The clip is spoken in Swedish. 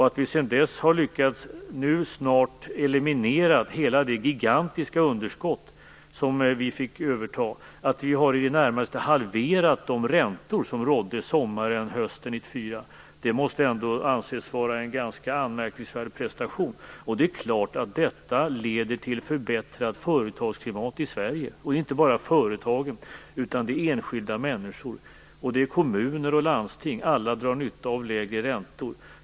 Att vi sedan dess nu snart har lyckats eliminera hela det gigantiska underskott som vi fick överta, att vi i det närmaste har halverat de räntor som rådde sommaren och hösten 1994 måste ändå anses vara en ganska anmärkningsvärd prestation. Det är klart att detta leder till förbättrat företagsklimat i Sverige. Inte bara företag utan även enskilda människor, kommuner och landsting drar nytta av lägre räntor.